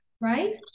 right